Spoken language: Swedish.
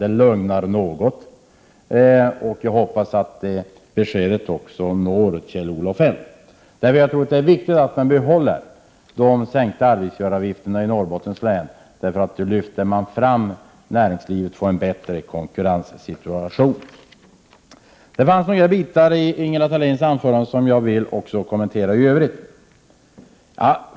Det lugnar något, och jag hoppas att beskedet når även Kjell-Olof Feldt. Jag tror att det är viktigt att man behåller de sänkta arbetsgivaravgifterna i Norrbottens län eftersom näringslivet då får en bättre konkurrenssituation. Det fanns en del saker i Ingela Thaléns anförande som jag också vill kommentera i övrigt.